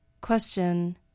Question